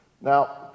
Now